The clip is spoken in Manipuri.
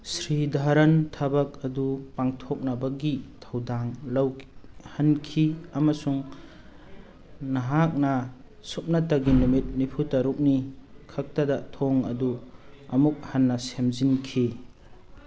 ꯁ꯭ꯔꯤꯙꯔꯟ ꯊꯕꯛ ꯑꯗꯨ ꯄꯥꯡꯊꯣꯛꯅꯕꯒꯤ ꯊꯧꯗꯥꯡ ꯂꯧ ꯍꯟꯈꯤ ꯑꯃꯁꯨꯡ ꯅꯍꯥꯛꯅ ꯁꯨꯞꯅꯇꯒꯤ ꯅꯨꯃꯤꯠ ꯅꯤꯝꯐꯨꯇꯔꯨꯛꯅꯤ ꯈꯛꯇꯗ ꯊꯣꯡ ꯑꯗꯨ ꯑꯃꯨꯛ ꯍꯟꯅ ꯁꯦꯝꯖꯤꯟꯈꯤ